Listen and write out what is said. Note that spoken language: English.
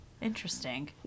Interesting